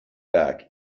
back